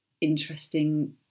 interesting